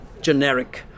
generic